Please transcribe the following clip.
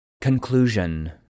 Conclusion